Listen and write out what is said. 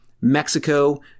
mexico